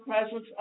presence